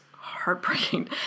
Heartbreaking